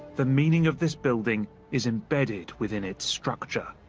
the meaning of this building is embedded within its structure.